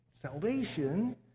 salvation